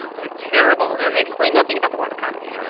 they're terrible. and they explain nothing about the world economy.